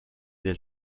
del